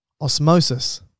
Osmosis